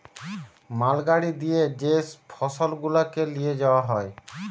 মাল গাড়ি দিয়ে যে ফসল গুলাকে লিয়ে যাওয়া হয়